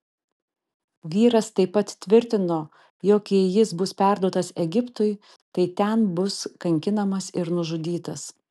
vyras taip pat tvirtino jog jei jis bus perduotas egiptui tai ten bus kankinamas ir nužudytas